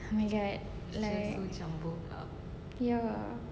oh my god like ya